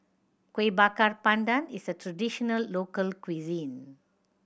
Kuih Bakar Pandan is a traditional local cuisine